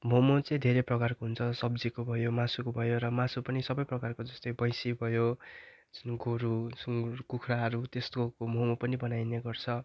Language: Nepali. मोमो चाहिँ धेरै प्रकारको हुन्छ सब्जीको भयो मासुको भयो र मासु पनि सबै प्रकारको जस्तै भैँसी भयो जुन गोरु सुङ्गुर कुखुराहरू त्यस्तोको मम पनि बनाइने गर्छ